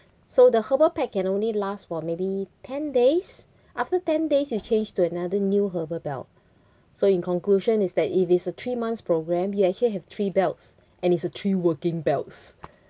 so the herbal pack can only last for maybe ten days after ten days you change to another new herbal belt so in conclusion is that if it's a three months programme you actually have three belts and it's a three working belt